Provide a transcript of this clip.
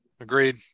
Agreed